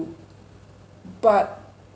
but